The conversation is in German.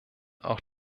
auch